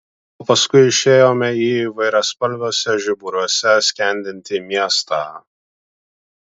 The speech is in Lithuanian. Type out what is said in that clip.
o paskui išėjome į įvairiaspalviuose žiburiuose skendintį miestą